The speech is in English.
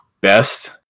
best